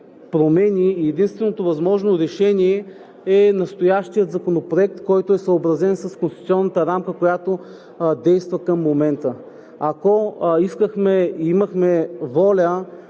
промени и единственото възможно решение е настоящият закон, който е съобразен с конституционната рамка, която действа към момента. Ако искахме и имахме воля,